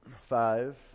Five